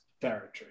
territory